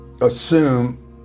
assume